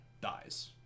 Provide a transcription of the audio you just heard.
dies